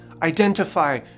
Identify